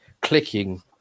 clicking